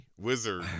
wizard